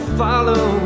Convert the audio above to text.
follow